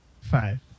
five